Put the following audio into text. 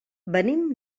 venim